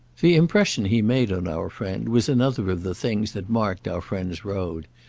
the impression he made on our friend was another of the things that marked our friend's road.